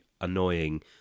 annoying